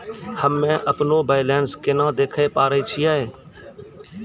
हम्मे अपनो बैलेंस केना देखे पारे छियै?